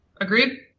Agreed